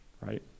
right